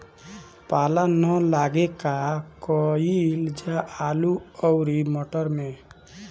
पाला न लागे का कयिल जा आलू औरी मटर मैं?